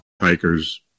Hikers